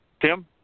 Tim